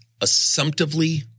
assumptively